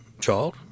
child